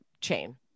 chain